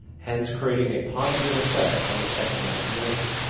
hence creating a positive effect on this economic measure.